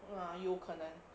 uh 有可能